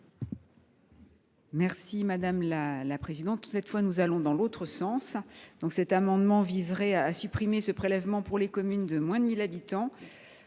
l’avis de la commission ? Cette fois, nous allons dans l’autre sens. Cet amendement vise à supprimer ce prélèvement pour les communes de moins de 1 000 habitants.